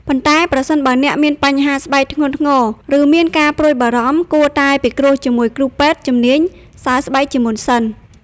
ប៉ុន្តែប្រសិនបើអ្នកមានបញ្ហាស្បែកធ្ងន់ធ្ងរ ឬមានការព្រួយបារម្ភ គួរតែពិគ្រោះជាមួយគ្រូពេទ្យជំនាញសើស្បែកជាមុនសិន។